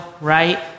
right